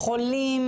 חולים,